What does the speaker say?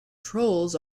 trolls